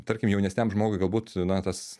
tarkim jaunesniam žmogui galbūt na tas